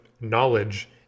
knowledge